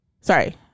Sorry